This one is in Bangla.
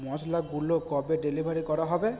মশলাগুলো কবে ডেলিভারি করা হবে